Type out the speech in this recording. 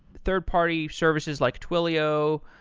third party services, like twilio,